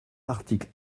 article